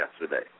yesterday